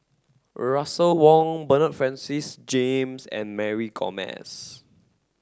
Russel Wong Bernard Francis James and Mary Gomes